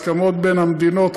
הסכמות בין המדינות,